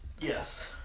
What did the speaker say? Yes